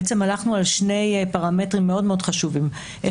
הלכנו על שני פרמטרים מאוד חשובים,